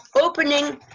opening